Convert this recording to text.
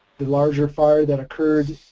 the larger fire that occurred,